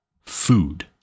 food